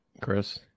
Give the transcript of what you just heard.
Chris